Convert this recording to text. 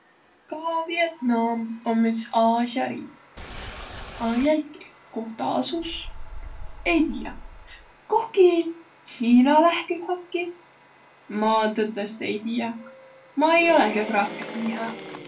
Ka Vietnam om üts Aasia riik, a jälki, koh ta asus, ei tiiäq. Kohki Hiina lähküh äkki? Ma tõtõstõ ei tiiäq, ma ei olõq geograafiah nii hää.